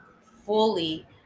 fully